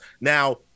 Now